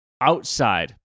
outside